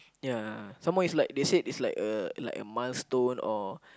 ya some more is like they said it's like a like a milestone or